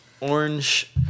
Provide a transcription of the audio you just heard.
orange